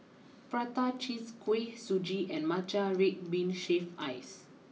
Prata Cheese Kuih Suji and Matcha Red Bean Shaved Ice